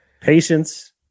patience